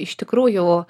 iš tikrųjų